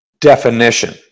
definition